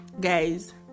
guys